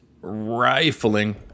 rifling